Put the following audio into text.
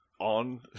on